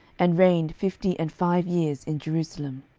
and reigned fifty and five years in jerusalem.